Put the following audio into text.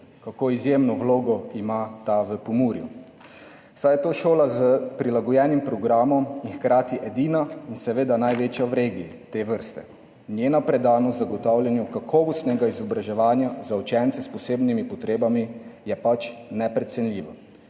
kako izjemno vlogo ima ta v Pomurju, saj je to šola s prilagojenim programom in hkrati edina in seveda največja te vrste v regiji. Njena predanost zagotavljanju kakovostnega izobraževanja za učence s posebnimi potrebami je pač neprecenljiva.